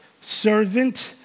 servant